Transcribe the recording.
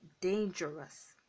dangerous